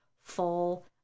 full